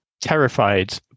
terrified